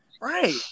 Right